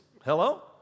Hello